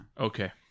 Okay